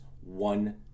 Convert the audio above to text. one